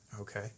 Okay